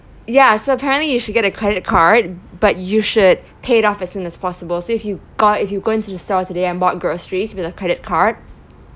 ya so apparently you should get a credit card but you should pay it off as soon as possible so if you got if you go into the store today and bought groceries with a credit card